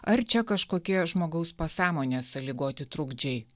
ar čia kažkokie žmogaus pasąmonės sąlygoti trukdžiai